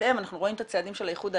אנחנו רואים את הצעדים של האיחוד האירופי,